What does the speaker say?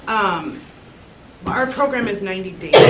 um but our program is ninety days,